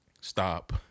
Stop